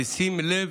בשים לב